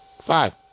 five